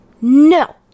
No